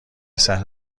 صحنه